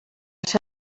ser